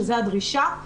שזה הדרישה,